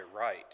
right